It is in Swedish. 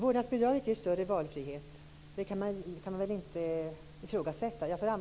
Fru talman!